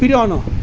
প্ৰিয় নহয়